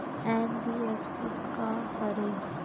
NBFC का हरे?